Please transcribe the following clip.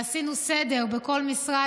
ועשינו סדר בכל משרד.